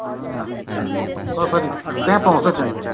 अँ कसरी कहाँ पाउँछ हौ त्यहाँचाहिँ